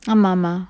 ஆமா ஆமா:aama aama